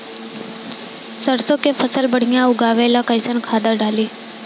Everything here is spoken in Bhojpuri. सरसों के फसल बढ़िया उगावे ला कैसन खाद डाली?